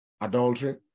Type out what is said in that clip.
adultery